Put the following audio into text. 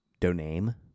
Doname